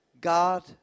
God